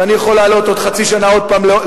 ואני יכול להעלות עוד חצי שנה עוד פעם,